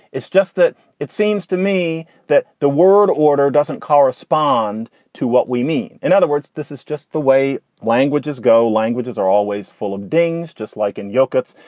it's just that it seems to me that the word order doesn't correspond to what we mean. in other words. this is just the way languages go. languages are always full of dings, just like in yogurt's.